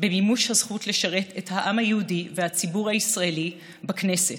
במימוש הזכות לשרת את העם היהודי והציבור הישראלי בכנסת,